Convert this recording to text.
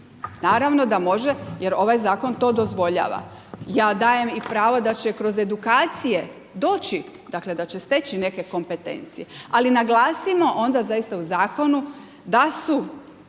Naravno da može jer ovaj zakon to dozvoljava. Ja dajem i pravo da će kroz edukacije doći dakle, da će steći neke kompetencije, ali naglasimo onda zaista u zakonu da su